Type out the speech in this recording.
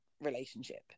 relationship